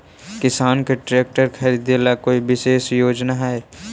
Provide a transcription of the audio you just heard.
किसान के ट्रैक्टर खरीदे ला कोई विशेष योजना हई?